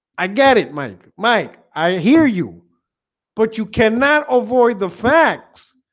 i get it mike mike. i hear you but you cannot avoid the facts